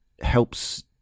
helps